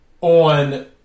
on